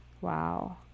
Wow